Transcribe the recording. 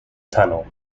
tunnel